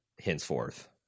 henceforth